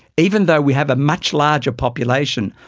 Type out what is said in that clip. even though we have a much larger population,